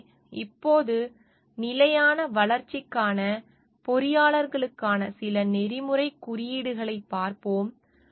எனவே இப்போது நிலையான வளர்ச்சிக்கான பொறியாளர்களுக்கான சில நெறிமுறைக் குறியீடுகளைப் பார்ப்போம்